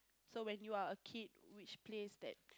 so when you are a kid which place that